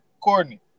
Courtney